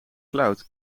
cloud